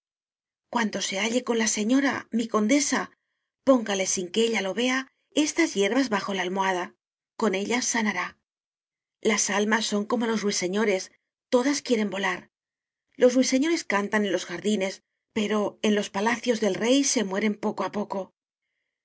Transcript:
cuando se halle con la señora mi con desa póngale sin que ella lo vea estas hierbas bajo la almohada con ellas sanará las almas son como los ruiseñores todas quieren volar los ruiseñores cantan en los jardines pero en los palacios del rey se mue ren poco á poco